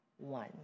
one